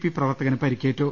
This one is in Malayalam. പി പ്രവർത്തകന് പരി ക്കേറ്റു